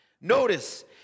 Notice